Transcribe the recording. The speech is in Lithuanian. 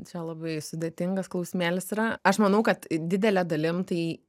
čia labai sudėtingas klausimėlis yra aš manau kad didele dalim tai